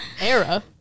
Era